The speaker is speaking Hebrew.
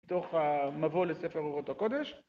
בתוך המבוא לספר אורות הקודש.